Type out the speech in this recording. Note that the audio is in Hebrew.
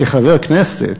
כחבר כנסת,